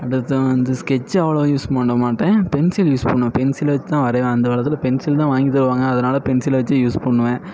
அடுத்து வந்து ஸ்கெட்ச்சு அவ்வளவா யூஸ் பண்ணமாட்டேன் பென்சில் யூஸ் பண்ணுவேன் பென்சிலை வச்சு தான் வரைவேன் அந்த காலத்தில் பென்சில் தான் வாங்கி தருவாங்க அதனால பென்சிலை வச்சி யூஸ் பண்ணுவேன்